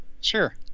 Sure